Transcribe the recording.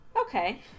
Okay